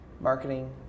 marketing